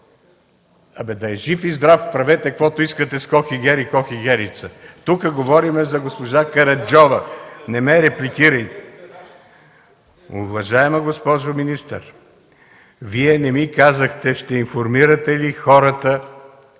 Да е жив и здрав! Правете каквото искате с Хохегер и Хохегерица! Тук говорим за госпожа Караджова! Не ме репликирайте! Уважаема госпожо министър, Вие не ми казахте: ще информирате ли хората,